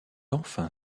enfin